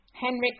Henrik